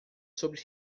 sobre